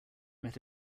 met